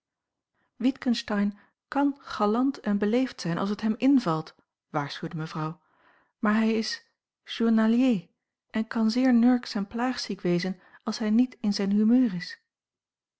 witgensteyn kan galant en beleefd zijn als het hem invalt waarschuwde mevrouw maar hij is journalier en kan zeer nurks en plaagziek wezen als hij niet in zijn humeur is